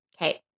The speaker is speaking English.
Okay